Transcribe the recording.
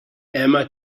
emma